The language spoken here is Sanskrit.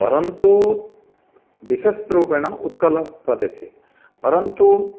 परन्तु विशेषरूपेण उत्कलप्रदेशे परन्तु